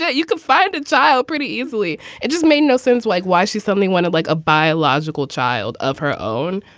but you can find a child pretty easily. it just made no sense, like why she suddenly wanted like a biological child of her own,